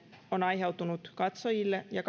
on aiheutunut katsojille ja